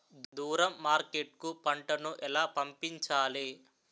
దూరం మార్కెట్ కు పంట ను ఎలా పంపించాలి?